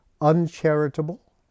uncharitable